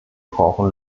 brauchen